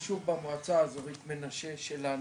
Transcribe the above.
יישוב במועצה אזורית מנשה שלנו.